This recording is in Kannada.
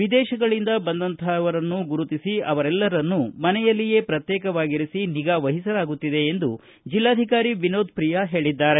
ವಿದೇಶಗಳಿಂದ ಬಂದಂತಹವರನ್ನು ಗುರುತಿಸಿ ಅವರೆಲ್ಲರನ್ನೂ ಮನೆಯಲ್ಲಿಯೇ ಪ್ರತ್ಯೇಕವಾಗಿರಿಸಿ ನಿಗಾ ವಹಿಸಲಾಗುತ್ತಿದೆ ಎಂದು ಜಿಲ್ಲಾಧಿಕಾರಿ ವಿನೋತ್ ಪ್ರಿಯಾ ಹೇಳಿದ್ದಾರೆ